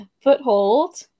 Foothold